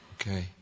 Okay